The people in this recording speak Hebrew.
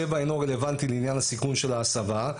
צבע אינו רלוונטי לעניין הסיכון של ההסבה,